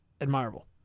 admirable